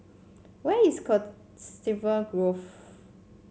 where is Coniston Grove